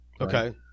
Okay